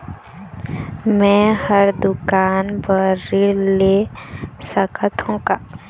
मैं हर दुकान बर ऋण ले सकथों का?